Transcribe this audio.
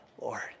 lord